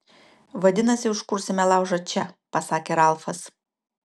vadinasi užkursime laužą čia pasakė ralfas